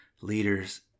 Leaders